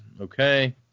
Okay